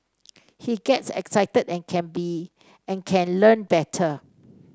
he gets excited and can be and can learn better